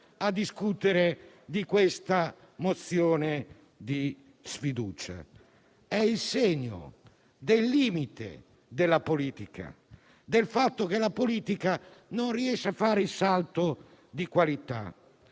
a discutere di questa mozione di sfiducia. È il segno del limite della politica, del fatto che la politica non riesce a fare il salto di qualità.